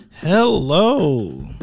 hello